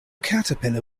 caterpillar